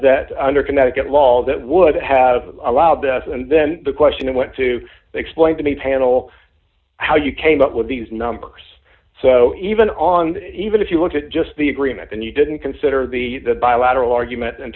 that under connecticut law that would have allowed this and then the question went to explain to me panel how you came up with these numbers so even on even if you look at just the agreement and you didn't consider the bilateral argument in